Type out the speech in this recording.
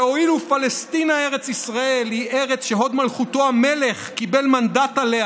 הואיל ופלשתינה (א"י) היא ארץ שהוד מלכותו המלך קיבל מנדט עליה